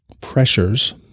pressures